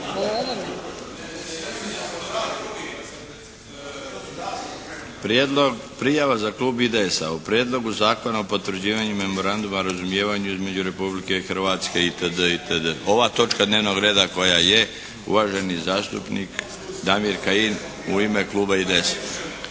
prijava za klub IDS-a o Prijedlogu Zakona o potvrđivanju Memoranduma o razumijevanju između Republike Hrvatske, itd., itd. Ova točka dnevnog reda koja je. Uvaženi zastupnik Damir Kajin u ime kluba IDS-a.